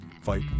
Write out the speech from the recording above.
fight